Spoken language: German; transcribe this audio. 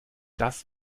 das